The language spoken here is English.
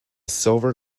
silver